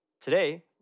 Today